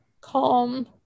calm